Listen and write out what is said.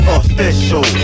official